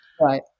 Right